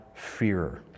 fearer